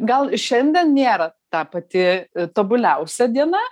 gal šiandien nėra ta pati tobuliausia diena